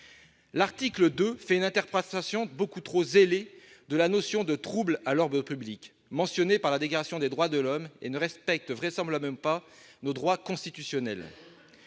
relève d'une interprétation beaucoup trop zélée de la notion de « trouble à l'ordre public », mentionnée par la Déclaration des droits de l'homme et du citoyen, et ne respecte vraisemblablement pas nos droits constitutionnels.